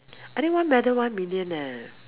I think one medal one million leh